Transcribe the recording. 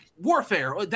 warfare